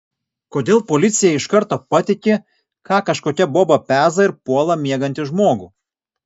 kodėl policija iš karto patiki ką kažkokia boba peza ir puola miegantį žmogų